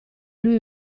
lui